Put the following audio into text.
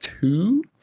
two